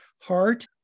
heart